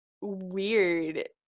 weird